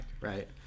right